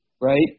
right